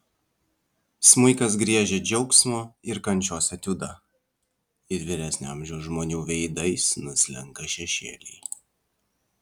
smuikas griežia džiaugsmo ir kančios etiudą ir vyresnio amžiaus žmonių veidais nuslenka šešėliai